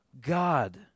God